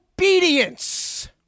obedience